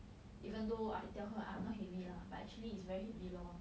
even though I tell her ah not heavy lah but actually it's very heavy lor